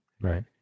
Right